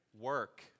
work